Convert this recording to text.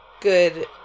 good